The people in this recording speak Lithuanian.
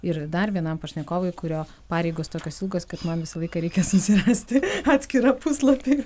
ir dar vienam pašnekovui kurio pareigos tokios ilgos kad man visą laiką reikia susirasti atskirą puslapį